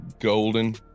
golden